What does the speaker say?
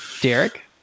derek